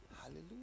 Hallelujah